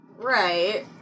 Right